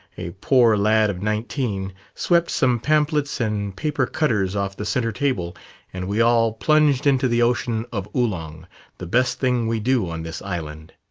a poor lad of nineteen, swept some pamphlets and paper-cutters off the center-table, and we all plunged into the ocean of oolong the best thing we do on this island.